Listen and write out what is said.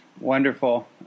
wonderful